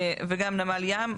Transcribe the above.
וגם נמל ים.